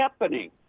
happening